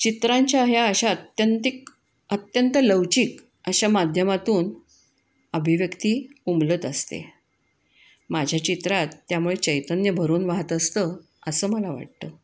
चित्रांच्या ह्या अशा अत्यंतिक अत्यंत लवचिक अशा माध्यमातून अभिव्यक्ती उमलत असते माझ्या चित्रात त्यामुळे चैतन्य भरून वाहत असतं असं मला वाटतं